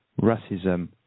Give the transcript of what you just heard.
racism